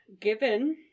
Given